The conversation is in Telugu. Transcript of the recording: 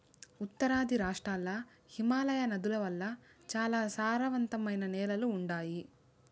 ఉత్తరాది రాష్ట్రాల్ల హిమాలయ నదుల వల్ల చాలా సారవంతమైన నేలలు ఉండాయి